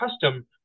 custom